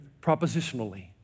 propositionally